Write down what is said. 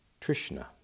Trishna